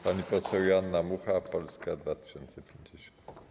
Pani poseł Joanna Mucha, Polska 2050.